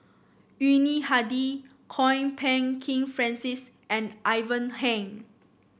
Yuni Hadi Kwok Peng Kin Francis and Ivan Heng